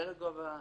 בגובה הקנס.